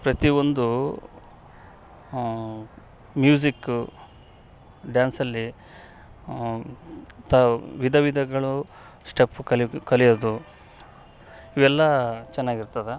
ಪ್ರತಿಒಂದು music ಡ್ಯಾನ್ಸಲ್ಲಿ ತ ವಿಧ ವಿಧಗಳು ಸ್ಟೆಪ್ ಕಲಿ ಕಲಿಯೋದು ಇವೆಲ್ಲಾ ಚೆನ್ನಾಗಿರ್ತದೆ